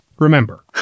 Remember